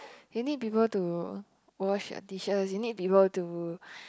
you need people to wash a dishes you need people to